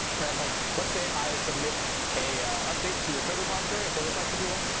but like let's say i submit a update to your code repository, a pull request, if you will,